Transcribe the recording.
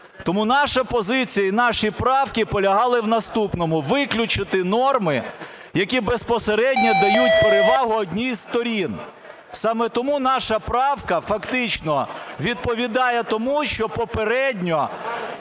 Тому наша позиція і наші правки полягали в наступному: виключити норми, які безпосередньо дають перевагу одній із сторін. Саме тому наша правка фактично відповідає тому, що попередньо